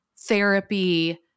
therapy